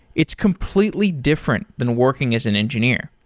it's completely different than working as an engineer,